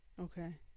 okay